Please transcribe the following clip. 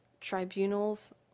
tribunals